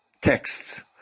texts